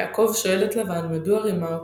יעקב שואל את לבן מדוע רימה אותו,